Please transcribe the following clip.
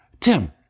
Tim